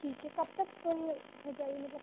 ठीक है कब तक हो जाएगा सर